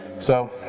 so,